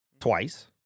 twice